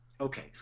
okay